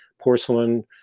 porcelain